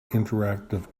interactive